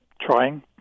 trying